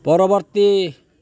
ପରବର୍ତ୍ତୀ